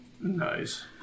Nice